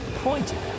pointed